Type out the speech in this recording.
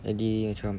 jadi macam